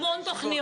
המון תוכניות.